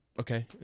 Okay